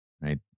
Right